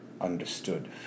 understood